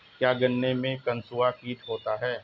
क्या गन्नों में कंसुआ कीट होता है?